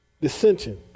dissension